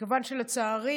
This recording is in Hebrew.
מכיוון שלצערי,